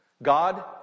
God